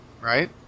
right